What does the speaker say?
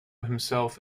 himself